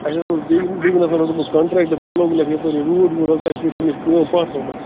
اَسہِ حظ اوس بیٚکۍ بیٚکۍ نَفرَن روٚٹمُت کَنٹرٛٮ۪کٹہٕ بیٚیہِ لوگُن یَتھ یَپٲرۍ یہِ روٗد ووٗد حظ اَسہِ گٔے تَمِچ کٲم پَتھ پہم